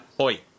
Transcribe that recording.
Oi